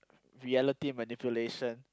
reality manipulation